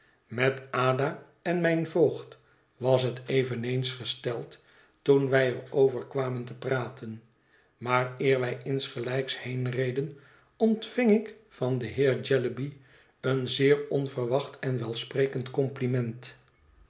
met ada en mijn voogd was het eveneens gesteld toen wij er over kwamen te praten maar eer wij insgelijks heenreden ontving ik van den heer jellyby een zeer onverwacht en welsprekend compliment